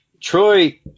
Troy